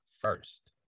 first